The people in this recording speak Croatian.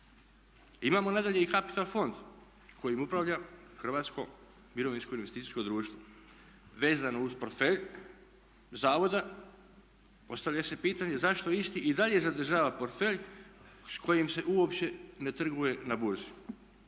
Imamo nadalje i kapital fond kojim upravlja Hrvatsko mirovinsko investicijsko društvo. Vezano uz portfelj zavoda postavlja se pitanje zašto isti i dalje zadržava portfelj s kojim se uopće ne trguje na burzi.